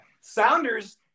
Sounders